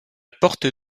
porte